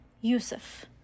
Yusuf